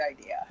idea